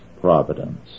providence